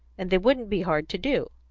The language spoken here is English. and they wouldn't be hard to do.